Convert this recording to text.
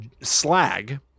Slag